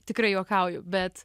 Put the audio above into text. tikrai juokauju bet